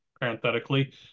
parenthetically